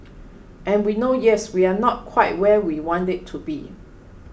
and we know yes we are not quite where we want it to be